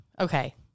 Okay